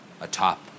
atop